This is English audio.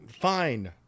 Fine